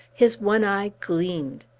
his one eye gleamed.